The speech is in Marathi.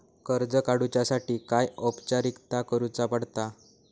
कर्ज काडुच्यासाठी काय औपचारिकता करुचा पडता?